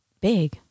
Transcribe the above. big